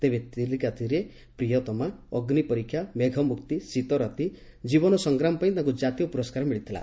ତେବେ ଚିଲିକା ତୀରେ ପ୍ରିୟତମା ଅଗ୍ୱିପରୀକ୍ଷା ମେଘମୁକ୍କି ଶୀତରାତି ଜୀବନ ସଂଗ୍ରାମ ପାଇଁ ତାଙ୍କୁ ଜାତୀୟ ପୁରସ୍କାର ମିଳିଥିଲା